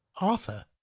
Arthur